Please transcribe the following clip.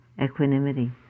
equanimity